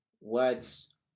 words